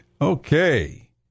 Okay